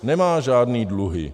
Nemá žádné dluhy.